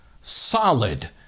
solid